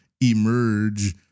emerge